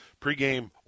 pregame